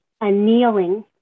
annealing